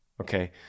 Okay